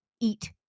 eat